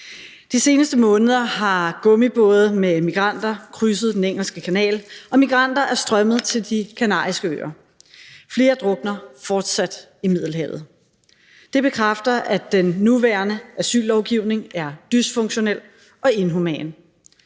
De seneste måneder har gummibåde med migranter krydset Den Engelske Kanal, og migranter er strømmet til De Kanariske Øer. Flere drukner fortsat i Middelhavet. Det bekræfter, at den nuværende asyllovgivning er dysfunktionel og inhuman.